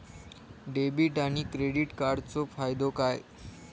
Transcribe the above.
Debit आणि credit कार्डचो फायदो काय?